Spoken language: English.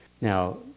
Now